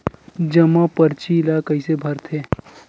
जमा परची ल कइसे भरथे?